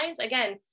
again